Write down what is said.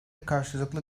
karşılıklı